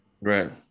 right